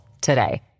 today